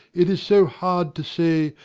it is so hard to say,